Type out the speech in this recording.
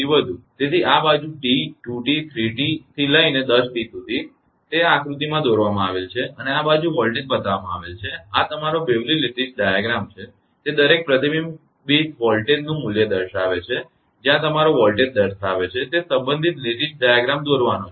તેથી આ બાજુ T 2T 3T થી લઇને 10T સુધી તે આ આકૃતિમાં દોરવામાં આવેલ છે અને આ બાજુ વોલ્ટેજ બતાવવામાં આવેલ છે આ તમારો બેવલી લેટીસ ડાયાગ્રામBewley's lattice diagram છે તે દરેક પ્રતિબિંબિત વોલ્ટનું મૂલ્ય દર્શાવે છે જ્યાં તમારો વોલ્ટેજ દર્શાવે છે તે સંબંધિત લેટીસ ડાયાગ્રામ દોરવાનો છે